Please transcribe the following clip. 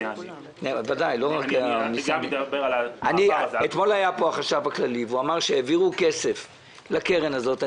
אתמול היה פה החשב הכללי ואמר שהעבירו כסף לקרן הזאת.